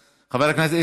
חבר הכנסת נחמן שי,